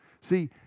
See